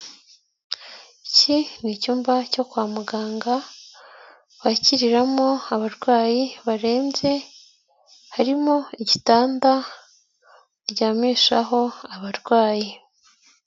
Iki ni icyumba cyo kwa muganga bakiriramo abarwayi barembye, harimo igitanda baryamishaho abarwayi.